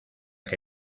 que